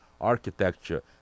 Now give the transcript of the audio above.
architecture